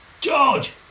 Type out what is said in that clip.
George